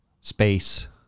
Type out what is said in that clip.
Space